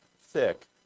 thick